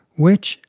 which,